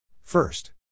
first